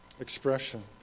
expression